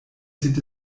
sieht